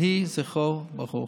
יהי זכרו ברוך.